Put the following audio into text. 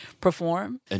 perform